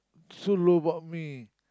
so low about me